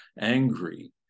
angry